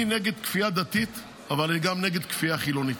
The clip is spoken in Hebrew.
אני נגד כפייה דתית אבל אני גם נגד כפייה חילונית.